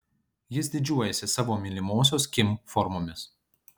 jis didžiuojasi savo mylimosios kim formomis